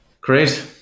Great